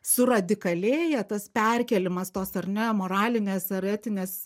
suradikalėja tas perkėlimas tos ar ne moralinės ar etinės